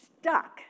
stuck